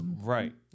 Right